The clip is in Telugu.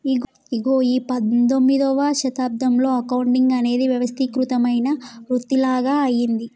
ఇగో ఈ పందొమ్మిదవ శతాబ్దంలో అకౌంటింగ్ అనేది వ్యవస్థీకృతమైన వృతిలాగ అయ్యింది